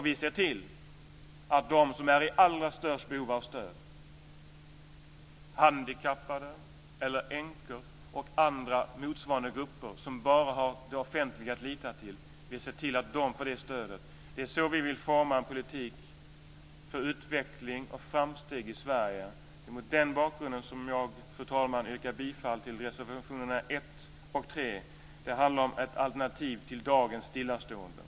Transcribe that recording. Vi ser till att de som är i allra störst behov av stöd, handikappade, änkor och andra motsvarande grupper som bara har det offentliga att lita till, får det stödet. Det är så vi vill forma en politik för utveckling och framsteg i Sverige. Fru talman! Det är mot denna bakgrund som jag yrkar bifall till reservationerna 1 och 3. De handlar om ett alternativ till dagens stillastående.